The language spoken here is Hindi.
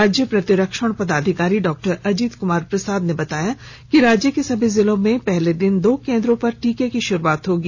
राज्य प्रतिरक्षण पदाधिकारी डॉक्टर अजित कुमार प्रसाद ने बताया कि राज्य के सभी जिलों में पहले दिन दो केंद्रों पर टीके की शुरुआत होगी